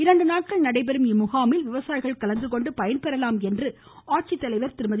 இரண்டு நாட்கள் நடைபெறும் இம்முகாமில் விவசாயிகள் கலந்துகொண்டு பயன்பெறலாம் என மாவட்ட ஆட்சித்தலைவர் திருமதி